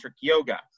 yoga